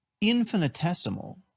infinitesimal